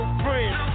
friends